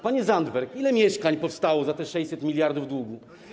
Panie Zandberg, ile mieszkań powstało za te 600 mld długu?